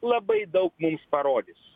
labai daug mums parodys